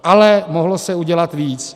Ale mohlo se udělat více.